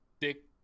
Dick